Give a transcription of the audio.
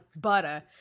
butter